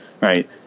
Right